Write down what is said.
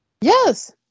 Yes